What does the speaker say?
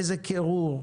איזה קירור,